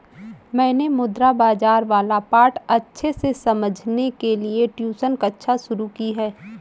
मैंने मुद्रा बाजार वाला पाठ अच्छे से समझने के लिए ट्यूशन कक्षा शुरू की है